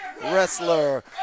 wrestler